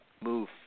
move